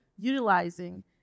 utilizing